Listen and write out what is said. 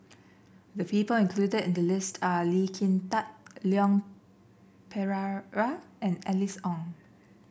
the people included in the list are Lee Kin Tat Leon Perera and Alice Ong